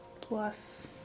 plus